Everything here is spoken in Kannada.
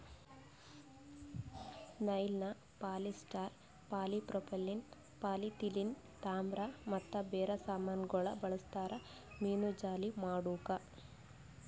ನೈಲಾನ್, ಪಾಲಿಸ್ಟರ್, ಪಾಲಿಪ್ರೋಪಿಲೀನ್, ಪಾಲಿಥಿಲೀನ್, ತಾಮ್ರ ಮತ್ತ ಬೇರೆ ಸಾಮಾನಗೊಳ್ ಬಳ್ಸತಾರ್ ಮೀನುಜಾಲಿ ಮಾಡುಕ್